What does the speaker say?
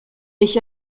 ich